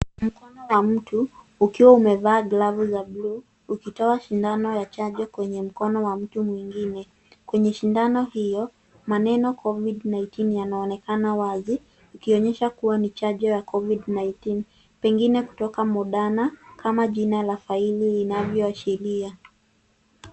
Mkono wa mtu ukiwa umevaa glavu ya bluu ukitoa shindano ya chanjo kwenye mkono wa mtu mwingine. Kwenye shindano hiyo maneno covid-19 yanaonekana wazi ikionyesha kuwa ni chanjo ya covid-19 .Pengine kutoka Modana kama jina ya faili inavyoashiria.